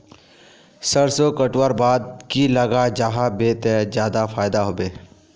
सरसों कटवार बाद की लगा जाहा बे ते ज्यादा फायदा होबे बे?